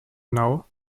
now